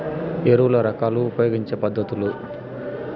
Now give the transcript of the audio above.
ఎరువుల రకాలు ఉపయోగించే పద్ధతులు?